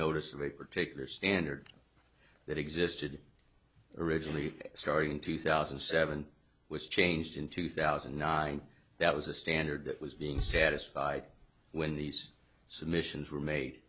notice of a particular standard that existed originally started in two thousand and seven was changed in two thousand and nine that was a standard that was being satisfied when these submissions were made